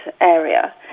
area